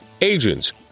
agents